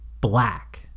black